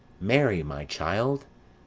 marry, my child,